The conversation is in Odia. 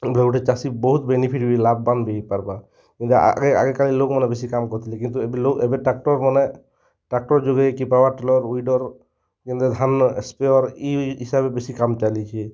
ହେନ୍ତା ଗୁଟେ ଚାଷୀ ବହୁତ୍ ବେନିଫିଟ୍ ବି ଲାଭବାନ୍ ବି ହେଇପାର୍ବା ଯଦି ଆଗେ ଆଗ କାଲେ ଲୋକ୍ମାନେ ବେଶୀ କାମ୍ କରୁଥିଲେ କିନ୍ତୁ ଏବେ ଲୋକ୍ ଏବେ ଟ୍ରାକ୍ଟର୍ ମାନେ ଟ୍ରାକ୍ଟର୍ ଯୋଗେ କି ପାୱାର୍ ଟିଲର୍ ୱିଡ଼ର୍ ଯେନ୍ତା ଧାନ୍ ସ୍ପ୍ରେୟର୍ ଇ ହିସାବେ ବେଶୀ କାମ୍ ଚାଲିଛେ